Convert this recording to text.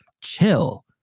chill